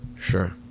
sure